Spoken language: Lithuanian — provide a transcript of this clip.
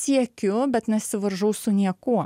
siekiu bet nesivaržau su niekuo